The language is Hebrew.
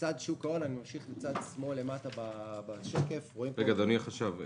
בצד שוק ההון אני ממשיך בצד שמאל למטה בשקף --- אדוני החשב,